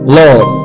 lord